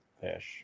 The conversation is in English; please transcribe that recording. fish